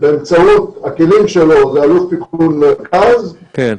באמצעות הכלים שלו ואלוף פיקוד מרכז -- כן.